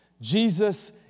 Jesus